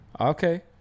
okay